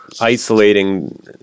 isolating